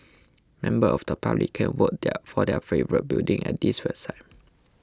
members of the public can vote their for their favourite building at this website